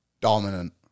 Dominant